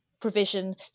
provision